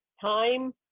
time